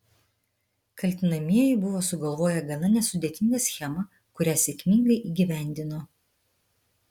kaltinamieji buvo sugalvoję gana nesudėtingą schemą kurią sėkmingai įgyvendino